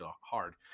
hard